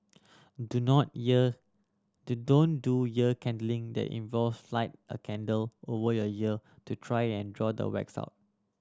do not ear do don't do ear candling that involves light a candle over your ear to try and draw the wax out